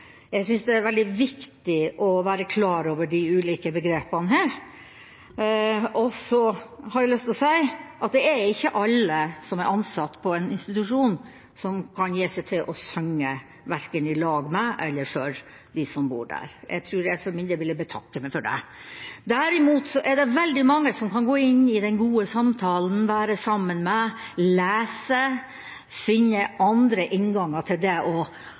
Jeg synes det er veldig viktig å være klar over de ulike begrepene her. Så har jeg lyst til å si at det er ikke alle som er ansatt på en institusjon, som kan gi seg til å synge verken i lag med eller for dem som bor der. Jeg tror jeg for min del ville betakke meg for det. Derimot er det veldig mange som kan gå inn i den gode samtalen, være sammen med, lese og finne andre innganger til det